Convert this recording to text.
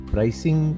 Pricing